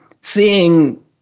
seeing